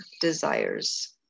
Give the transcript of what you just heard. desires